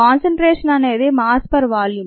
కాన్సన్ ట్రేషన్ అనేది mass per volume